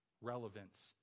relevance